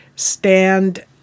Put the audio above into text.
stand